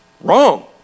Wrong